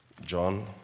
John